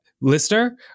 listener